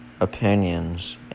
opinions